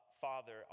Father